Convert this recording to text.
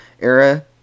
era